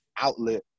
outlet